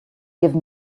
give